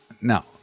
Now